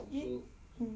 eh mm